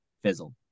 fizzled